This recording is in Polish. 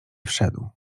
wszedł